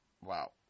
wow